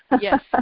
Yes